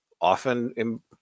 often